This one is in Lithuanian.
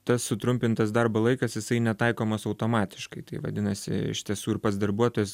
tas sutrumpintas darbo laikas jisai netaikomas automatiškai tai vadinasi iš tiesų ir pats darbuotojas